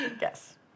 Yes